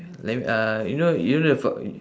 let me uh you know you know the f~